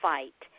Fight